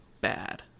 bad